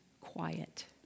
quiet